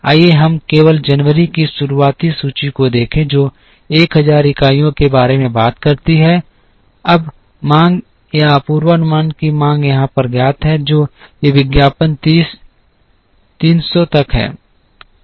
आइए हम केवल जनवरी की शुरुआती सूची को देखें जो 1000 इकाइयों के बारे में बात करती है अब मांग या पूर्वानुमान की मांग यहां पर ज्ञात है और ये विज्ञापन 30 300 तक हैं